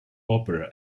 opera